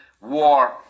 War